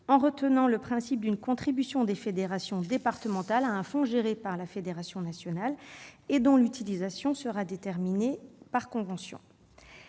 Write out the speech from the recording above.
en retenant le principe d'une contribution des fédérations départementales à un fonds géré par la Fédération nationale et dont l'utilisation sera déterminée par convention.